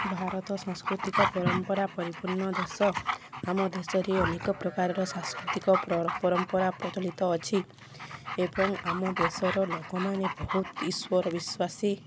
ଭାରତ ସାଂସ୍କୃତିକ ପରମ୍ପରା ପରିପୂର୍ଣ୍ଣ ଦେଶ ଆମ ଦେଶରେ ଅନେକ ପ୍ରକାରର ସାଂସ୍କୃତିକ ପରମ୍ପରା ପ୍ରଚଳିତ ଅଛି ଏବଂ ଆମ ଦେଶର ଲୋକମାନେ ବହୁତ ଈଶ୍ୱର ବିଶ୍ୱାସୀ